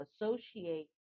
associate